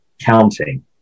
counting